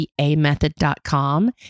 theamethod.com